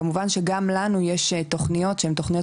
כמובן שגם לנו יש תוכניות שהם תוכניות